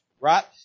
right